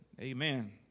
Amen